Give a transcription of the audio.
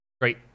Great